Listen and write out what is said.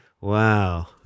Wow